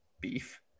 beef